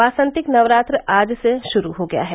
वासंतिक नवरात्र आज शुरू हो गया है